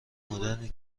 مدرنی